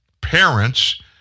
parents